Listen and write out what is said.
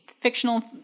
fictional